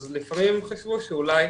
אז לפעמים הם חשבו שאולי